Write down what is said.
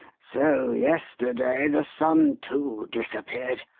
so yesterday the son, too, disappeared.